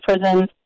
prison